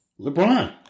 LeBron